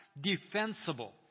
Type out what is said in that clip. defensible